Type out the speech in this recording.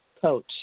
coach